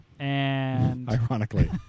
Ironically